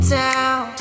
town